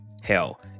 Hell